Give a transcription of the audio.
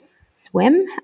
swim